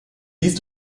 dies